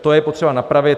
To je potřeba napravit.